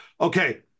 Okay